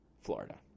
Florida